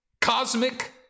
cosmic